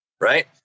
Right